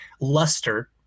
Luster